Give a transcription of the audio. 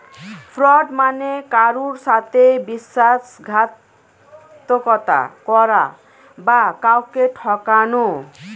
fraud মানে কারুর সাথে বিশ্বাসঘাতকতা করা বা কাউকে ঠকানো